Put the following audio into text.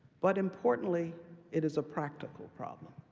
but importantly it is a practical problem,